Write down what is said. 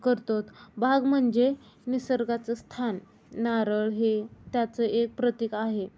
करतो बाग म्हणजे निसर्गाचं स्थान नारळ हे त्याचं एक प्रतीक आहे